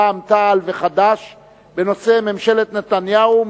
רע"ם-תע"ל וחד"ש בנושא: ממשלת נתניהו,